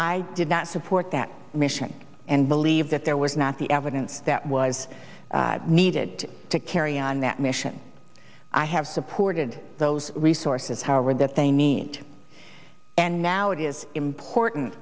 i did not support that mission and believe that there was not the evidence that was needed to carry on that mission i have supported those resources howard that they need and now it is important